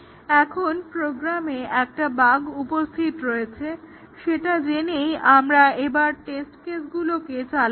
এখন প্রোগ্রামে একটা বাগ্ উপস্থিত আছে সেটা জেনেই আমরা এবার টেস্ট কেসগুলোকে চালাবো